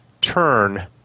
turn